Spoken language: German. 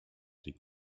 die